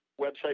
website